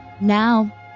Now